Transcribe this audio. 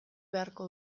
beharko